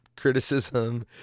criticism